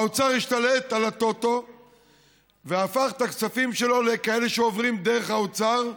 האוצר השתלט על הטוטו והפך את הכספים שלו לכאלה שעוברים דרך האוצר,